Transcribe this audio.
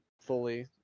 fully